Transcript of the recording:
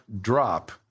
drop